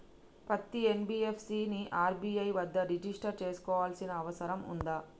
పత్తి ఎన్.బి.ఎఫ్.సి ని ఆర్.బి.ఐ వద్ద రిజిష్టర్ చేసుకోవాల్సిన అవసరం ఉందా?